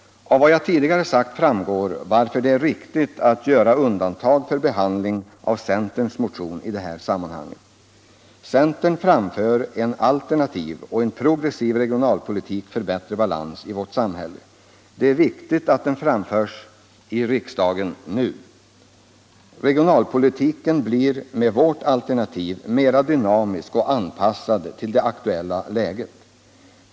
Av vad jag tidigare sagt framgår varför det är riktigt att göra ett undantag för behandling av centerns motion i det här sammanhanget. Centern framför en alternativ, progressiv regionalpolitik för bättre balans i vårt samhälle. Det är viktigt att den framförs i riksdagen nu. Regionalpolitiken blir med vårt alternativ mer dynamisk och anpassad till det aktuella läget.